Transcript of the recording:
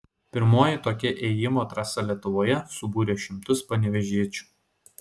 pirmoji tokia ėjimo trasa lietuvoje subūrė šimtus panevėžiečių